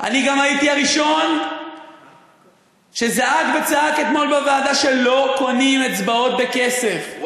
אני גם הייתי הראשון שזעק וצעק אתמול בוועדה שלא קונים אצבעות בכסף,